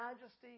majesty